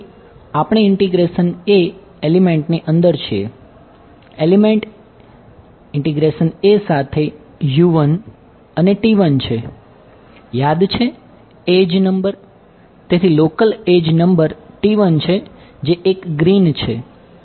a માટે આપેલ edge a સાથે અને છે યાદ છે એડ્જ નંબર છે જે એક ગ્રીન છે